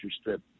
Strip